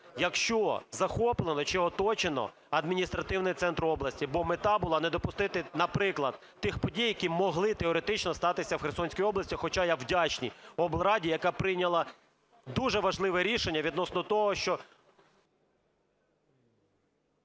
якщо захоплено чи оточено адміністративний центр області. Бо мета була не допустити, наприклад, тих подій, які могли теоретично статися в Херсонській області, хоча я вдячний облраді, яка прийняла дуже важливе рішення відносно того, що…